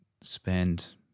spend